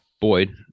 Boyd